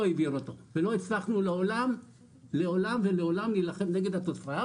העביר אותו ולא הצלחנו לעולם ולהלחם נגד התופעה,